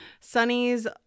Sonny's